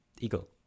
eagle